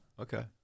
Okay